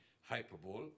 hyperbole